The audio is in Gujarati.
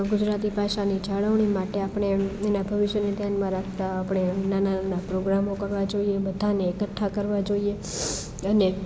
ગુજરાતી ભાષાની જાળવણી માટે આપણે એના ભવિષ્યને ધ્યાનમાં રાખતા આપણે નાના નાના પ્રોગ્રામો કરવા જોઈએ બધાને એકઠા કરવા જોઈએ અને